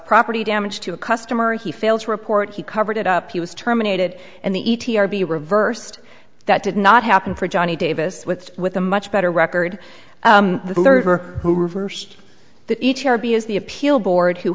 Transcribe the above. property damage to a customer he failed to report he covered it up he was terminated and the e t i be reversed that did not happen for johnny davis with with a much better record for who reversed the each here because the appeal board who